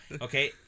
Okay